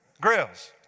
Grills